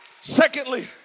Secondly